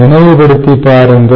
நினைவுபடுத்திப் பாருங்கள்